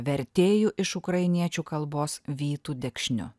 vertėju iš ukrainiečių kalbos vytu dekšniu